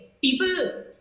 People